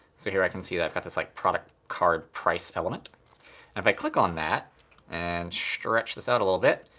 so here, i can see that i've got this like product card price element. and if i click on that and stretch this out a little bit,